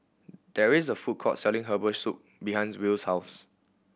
there is a food court selling herbal soup behind Will's house